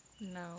No